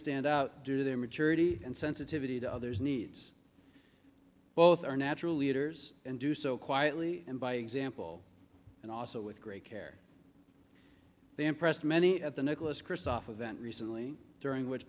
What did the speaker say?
stand out due to their maturity and sensitivity to other's needs both are natural leaders and do so quietly and by example and also with great care they impressed many at the nicholas kristoff event recently during which